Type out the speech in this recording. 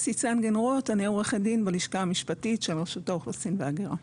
אני עורכת דין בלשכה המשפטית של רשות האוכלוסין וההגירה.